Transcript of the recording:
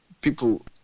people